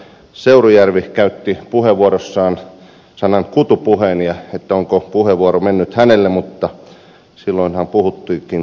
seurujärvi piti puheenvuorossaan kutupuheen onko puheenvuoro mennyt hänelle mutta silloinhan puhuttiinkin kaloista